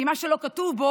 כי מה שלא כתוב פה